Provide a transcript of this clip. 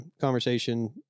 conversation